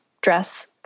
dress